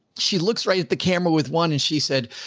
she looks right at the camera with one, and she said,